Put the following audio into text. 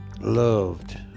loved